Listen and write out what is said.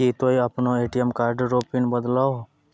की तोय आपनो ATM card रो पिन बदलहो